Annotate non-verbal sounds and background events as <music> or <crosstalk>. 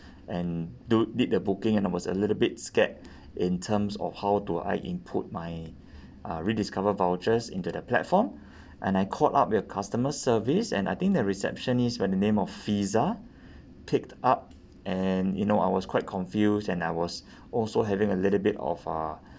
and do did the booking and I was a little bit scared in terms of how do I input my uh rediscover vouchers into the platform <breath> and I called up your customer service and I think the receptionist by the name of fizzah picked up and you know I was quite confused and I was also having a little bit of uh